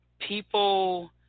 people